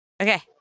Okay